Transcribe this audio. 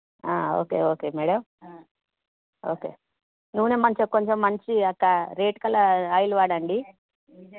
okay okay madam okay నూనె మంచిగా కొంచెం మంచి ఒక రేట్ గల ఆయిల్ వాడండి